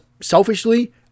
selfishly